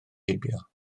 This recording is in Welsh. heibio